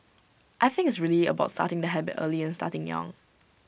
I think it's really about starting the habit early and starting young